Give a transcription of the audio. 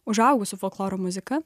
užaugusių folkloro muzika